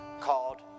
called